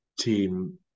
team